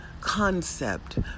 concept